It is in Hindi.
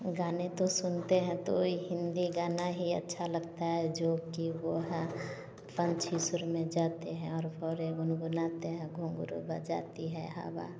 गाने तो सुनते हैं तो हिंदी गाना ही अच्छा लगता है जो कि वो है पंछी सुर में जाते हैं और भौंरे गुनगुनाते हैं घूंघरू बजाती है हवा